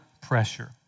pressure